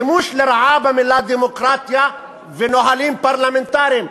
שימוש לרעה במילה דמוקרטיה ונהלים פרלמנטריים.